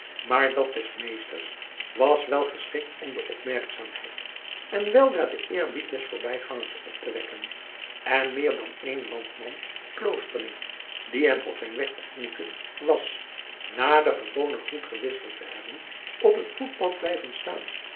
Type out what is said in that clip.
maar dat des meesters was wel geschikt om de opmerkzaamheid en weldra den eerbied des voorbijgangers op te wekken en meer dan één landman of kloosterling die hem op zijn weg ontmoette was na den gewonen groet gewisseld te hebben op het voetpad blijven staan